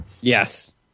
Yes